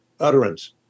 utterance